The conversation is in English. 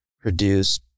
produce